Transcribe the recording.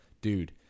dude